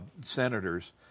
senators